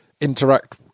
interact